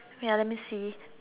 wait ah let me see